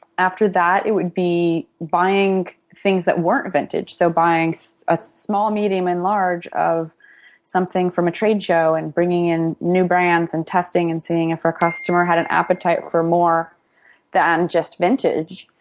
after that it would be buying things that weren't vintage. so buying a small, medium and large of something from a trade show and bringing in new brands and testing. and seeing if your customer had an appetite for more than just vintage,